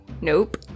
Nope